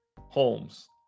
Holmes